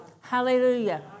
Hallelujah